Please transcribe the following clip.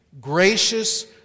gracious